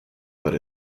but